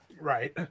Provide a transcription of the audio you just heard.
Right